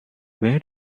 where